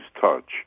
touch